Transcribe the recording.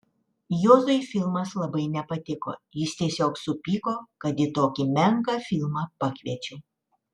juozui filmas labai nepatiko jis tiesiog supyko kad į tokį menką filmą pakviečiau